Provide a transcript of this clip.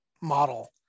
model